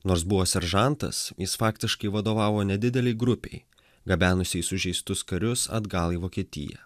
nors buvo seržantas jis faktiškai vadovavo nedidelei grupei gabenusiai sužeistus karius atgal į vokietiją